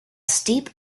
steep